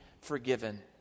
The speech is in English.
forgiven